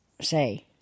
say